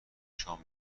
شام